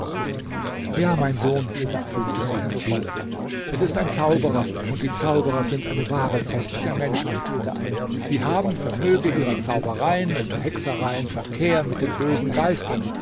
ja mein sohn fügte sie hinzu es ist ein zauberer und die zauberer sind eine wahre pest der menschheit sie haben vermöge ihrer zaubereien und hexereien verkehr mit den bösen geistern